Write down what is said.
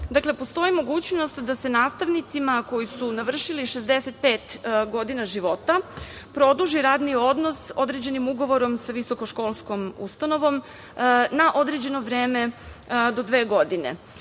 Dakle, postoji mogućnost da se nastavnicima, a koji su navršili 65 godina života, produži radni odnos određenim ugovorom sa visokoškolskom ustanovom na određeno vreme do dve godine. To